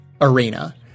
Arena